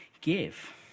give